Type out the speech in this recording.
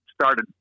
started